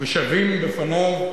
ושווים בפניו,